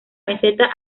meseta